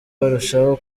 barushaho